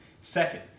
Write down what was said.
second